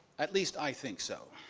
at least i think so.